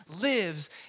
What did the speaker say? lives